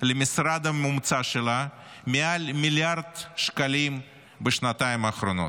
למשרד המומצא שלה מעל מיליארד שקלים בשנתיים האחרונות.